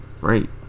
right